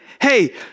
hey